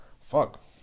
fuck